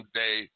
day